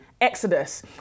Exodus